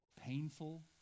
painful